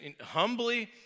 humbly